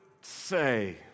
say